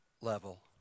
level